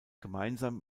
gemeinsam